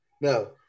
No